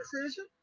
decision